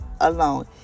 alone